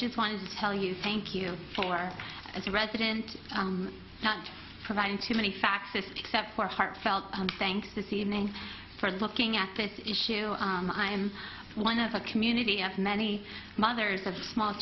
just wanted to tell you thank you for as a resident not providing too many facts if except for a heartfelt thanks this evening for looking at this issue i am one of a community of many mothers of small